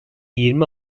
yirmi